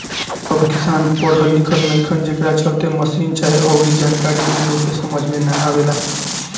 सब किसान पढ़ल लिखल नईखन, जेकरा चलते मसीन चाहे अऊरी जानकारी ऊ लोग के समझ में ना आवेला